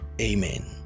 Amen